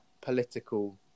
political